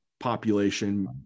Population